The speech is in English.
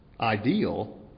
ideal